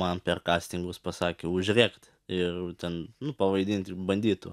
man per kastingus pasakė užrėkti ir ten pavaidinti banditu